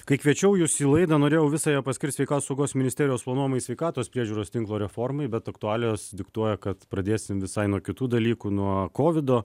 kai kviečiau jus į laidą norėjau visą ją paskirt sveikatos apsaugos ministerijos planuojamai sveikatos priežiūros tinklo reformai bet aktualijos diktuoja kad pradėsim visai nuo kitų dalykų nuo kovido